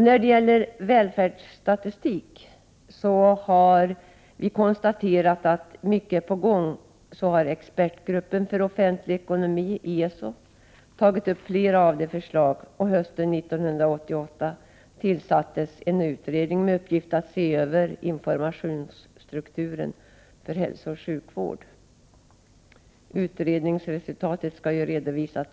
När det gäller välfärdsstatistik har vi konstaterat att mycket är på gång. Expertgruppen för studier av offentlig ekonomi, ESO, har tagit upp flera av förslagen, och hösten 1988 tillsattes en utredning med uppgift att se över informationsstrukturen för hälsooch sjukvård. Utredningsresultatet skall redovisas